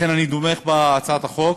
לכן, אני תומך בהצעת החוק.